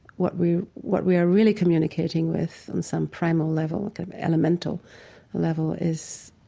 what we what we are really communicating with on some primal level, an elemental level, is,